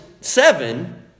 seven